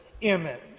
image